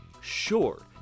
sure